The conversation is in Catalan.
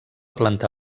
planta